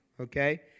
okay